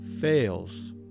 fails